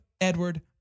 Edward